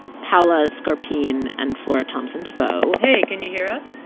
paola scarpine and flora thompson devoe hey, can you hear us?